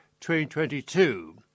2022